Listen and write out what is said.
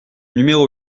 numéro